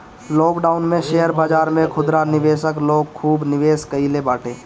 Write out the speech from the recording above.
lockdown में share बाजार में खुदरा निवेशक लोग खूब निवेश कईले बाटे